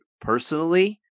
personally